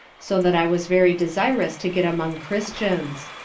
so that i was very desirous to get among christians.